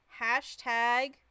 hashtag